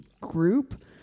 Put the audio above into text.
group